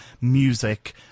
music